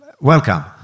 welcome